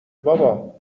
بابا